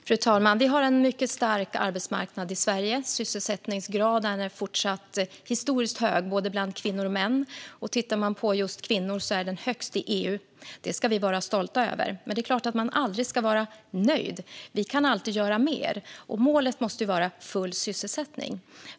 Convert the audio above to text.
Fru talman! Vi har en mycket stark arbetsmarknad i Sverige. Sysselsättningsgraden är fortsatt historiskt hög bland både kvinnor och män. Bland kvinnor är den högst i EU. Det ska vi vara stolta över. Men det är klart att man aldrig ska vara nöjd. Vi kan alltid göra mer. Målet måste vara full sysselsättning.